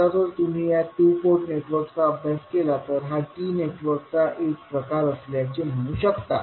आता जर तुम्ही या टू पोर्ट नेटवर्कचा अभ्यास केला तर हा T नेटवर्कचा एक प्रकार असल्याचे म्हणू शकता